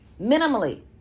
minimally